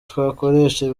twakoresha